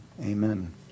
Amen